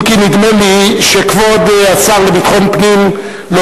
אם כי נדמה לי שכבוד השר לביטחון פנים לא